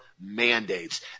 mandates